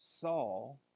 Saul